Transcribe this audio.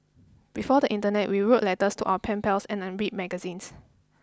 before the internet we wrote letters to our pen pals and unread magazines